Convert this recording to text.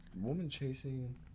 woman-chasing